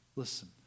Listen